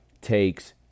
takes